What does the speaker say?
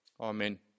Amen